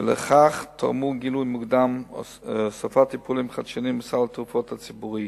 ולכך תרמו גילוי מוקדם והוספת טיפולים חדשניים בסל התרופות הציבורי.